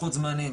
לוחות זמנים,